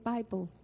Bible